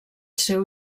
seu